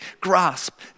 grasp